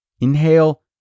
inhale